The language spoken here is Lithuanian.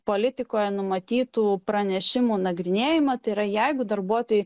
politikoje numatytų pranešimų nagrinėjimą tai yra jeigu darbuotojai